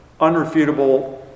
unrefutable